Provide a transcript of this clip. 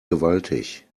gewaltig